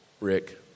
Rick